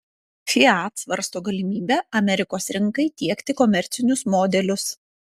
fiat svarsto galimybę amerikos rinkai tiekti komercinius modelius